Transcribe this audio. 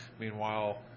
meanwhile